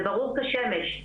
זה ברור כשמש.